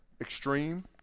extreme